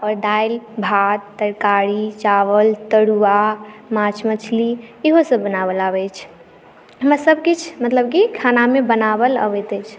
आओर दालि भात तरकारी चावल तरुआ माछ मछली इहो सब बनावऽ लेल आबै अछि हमरा सब किछु मतलब कि खानामे बनाओल आबैत अछि